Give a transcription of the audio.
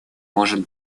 может